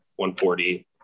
140